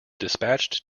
dispatched